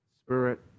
spirit